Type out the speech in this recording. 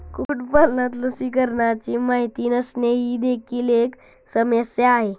कुक्कुटपालनात लसीकरणाची माहिती नसणे ही देखील एक समस्या आहे